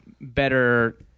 better